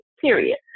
period